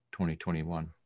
2021